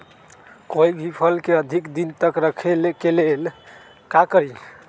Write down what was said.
कोई भी फल के अधिक दिन तक रखे के लेल का करी?